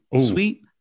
sweet